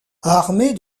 armee